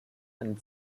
einem